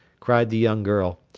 cried the young girl,